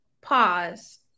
Pause